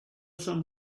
some